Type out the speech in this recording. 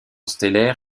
stellaire